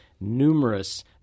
numerous